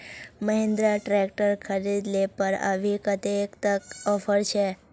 Mahindra tractor खरीद ले पर अभी कतेक तक ऑफर छे?